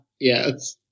Yes